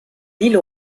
l’île